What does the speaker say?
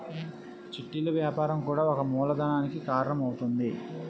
చిట్టీలు వ్యాపారం కూడా ఒక మూలధనానికి కారణం అవుతుంది